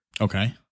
Okay